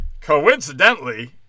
Coincidentally